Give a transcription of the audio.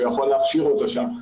הוא יכול להכשיר אותו שם.